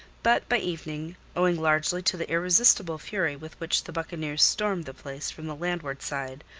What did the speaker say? but by evening, owing largely to the irresistible fury with which the buccaneers stormed the place from the landward side,